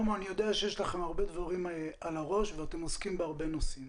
אני יודע שיש לכם הרבה דברים על הראש ואתם עוסקים בהרבה נושאים.